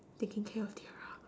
taking care of tiara